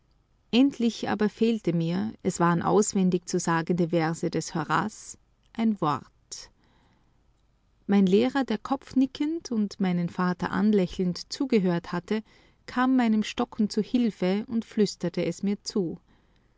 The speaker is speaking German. endlich aber fehlte mir es waren auswendig zu sagende verse des horaz ein wort mein lehrer der kopfnickend und meinen vater anlächelnd zugehört hatte kam meinem stocken zu hilfe und flüsterte es mir zu